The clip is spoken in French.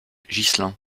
ghislain